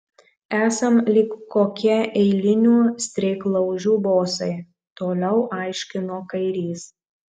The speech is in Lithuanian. esam lyg kokie eilinių streiklaužių bosai toliau aiškino kairys